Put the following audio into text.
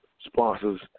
sponsors